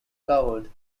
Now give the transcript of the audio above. coward